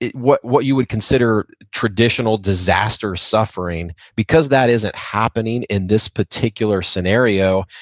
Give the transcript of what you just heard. what what you would consider traditional disaster suffering. because that isn't happening in this particular scenario,